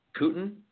Putin